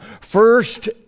First